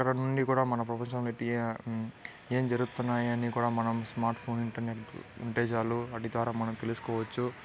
ఎక్కడి నుండి కూడా మన ప్రపంచంలో ఏం జరుగుతున్నాయో అని కూడా మనం మన స్మార్ట్ ఫోన్ ఇంటర్నెట్ ఉంటే చాలు వాటి ద్వారా మనం తెలుసుకోవచ్చు